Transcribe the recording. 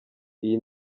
iyi